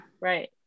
right